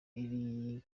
iri